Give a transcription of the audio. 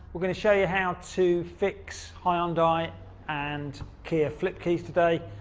we're gonna show you how to fix hyundai and kia flip keys today.